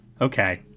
Okay